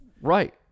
Right